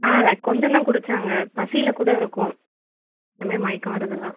ஆ அதை கொஞ்சம் தான் குடித்தாங்க பசியில் கூட இருக்கும் இதுமாதிரி மயக்கம் வரதுலாம்